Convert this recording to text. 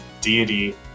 deity